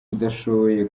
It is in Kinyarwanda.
udashoboye